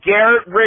Garrett